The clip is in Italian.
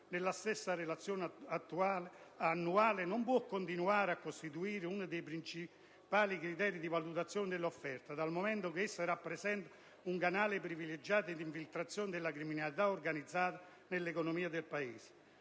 della relazione annuale, non può continuare a costituire uno dei principali criteri di valutazione delle offerte, dal momento che esso rappresenta un canale privilegiato di infiltrazione della criminalità organizzata nell'economia del Paese.